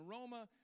aroma